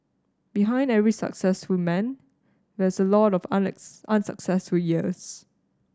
behind every successful man there's a lot of unsuccessful years